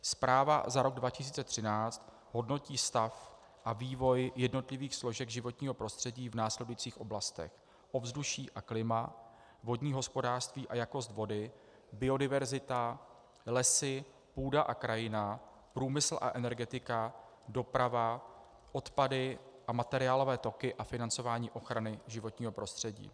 Zpráva za rok 2013 hodnotí stav a vývoj jednotlivých složek životního prostředí v následujících oblastech: ovzduší a klima, vodní hospodářství a jakost vody, biodiverzita, lesy, půda a krajina, průmysl a energetika, doprava, odpady a materiálové toky a financování ochrany životního prostředí.